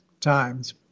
times